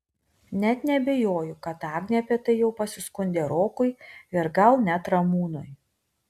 net neabejoju kad agnė apie tai jau pasiskundė rokui ir gal net ramūnui